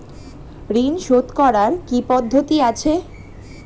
ঋন শোধ করার কি কি পদ্ধতি আছে?